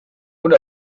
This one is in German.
und